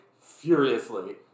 furiously